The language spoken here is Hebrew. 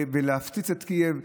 להפציץ את קייב.